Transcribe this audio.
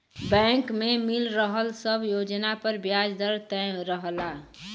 bank में मिल रहल सब योजना पर ब्याज दर तय रहला